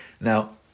Now